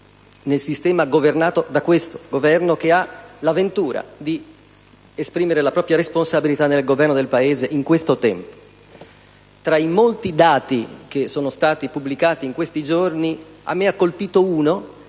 nel sistema governato da questo Esecutivo, che ha la ventura di esprimere la propria responsabilità nel governo del Paese in questo tempo. Tra i molti dati che sono stati pubblicati in questi giorni, sono stato colpito da